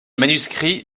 manuscrit